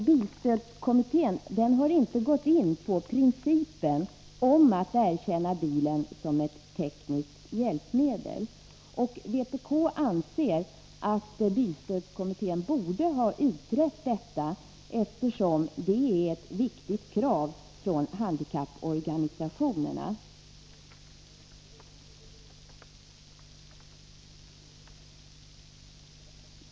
Bilstödskommittén har inte gått in på principen att bilen skall erkännas som ett tekniskt hjälpmedel. Vpk anser att bilstödskommittén borde ha utrett detta, eftersom det är ett viktigt krav från handikapporganisationerna.